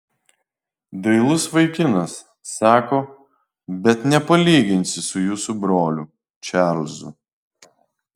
dailus vaikinas sako bet nepalyginsi su jūsų broliu čarlzu